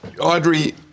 Audrey